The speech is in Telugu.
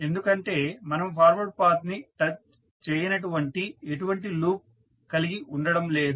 ఎందుకంటే మనము ఫార్వర్డ్ పాత్ ని టచ్ చేయనటువంటి ఎటువంటి లూప్ కలిగి ఉండడం లేదు